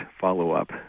follow-up